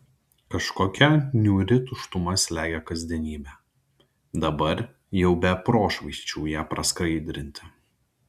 kažkokia niūri tuštuma slegia kasdienybę dabar jau be prošvaisčių ją praskaidrinti